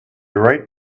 right